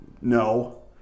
No